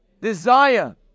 desire